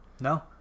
No